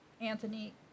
Anthony